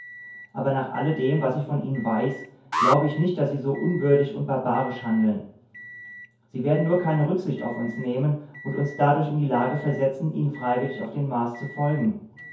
aber nach alledem was ich von ihnen weiß glaube ich nicht daß sie so unwürdig und barbarisch handeln sie werden nur keine rücksicht auf uns nehmen und uns dadurch in die lage versetzen ihnen freiwillig auf den mars zu folgen